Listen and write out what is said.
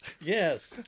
yes